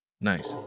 Nice